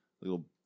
little